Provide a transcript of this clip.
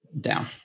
Down